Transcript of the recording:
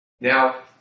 Now